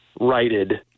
righted